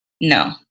no